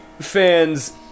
fans